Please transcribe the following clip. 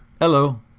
Hello